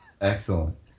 excellent